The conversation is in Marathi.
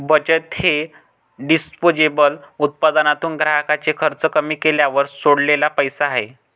बचत हे डिस्पोजेबल उत्पन्नातून ग्राहकाचे खर्च कमी केल्यावर सोडलेला पैसा आहे